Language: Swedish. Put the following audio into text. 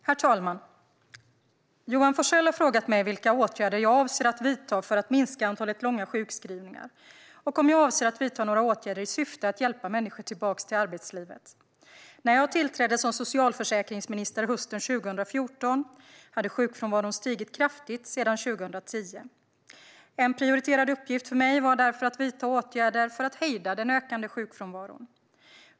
Herr talman! Johan Forssell har frågat mig vilka åtgärder jag avser att vidta för att minska antalet långa sjukskrivningar och om jag avser att vidta några åtgärder i syfte att hjälpa människor tillbaka till arbetslivet. När jag tillträdde som socialförsäkringsminister hösten 2014 hade sjukfrånvaron stigit kraftigt sedan 2010. En prioriterad uppgift för mig var därför att vidta åtgärder för att hejda den ökande sjukfrånvaron.